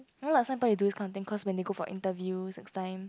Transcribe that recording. no lah sometimes they do this kind of thing cause when you go for interview next time